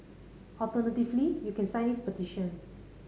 alternatively you can sign this petition